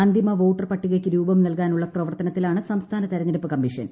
അന്തിമ വോട്ടർപട്ടികയ്ക്ക് രൂപം നൽകാനുള്ള പ്രവർത്തനത്തിലാണ് സംസ്ഥാന തെരഞ്ഞെടുപ്പ് കമ്മീഷൻ